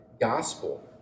gospel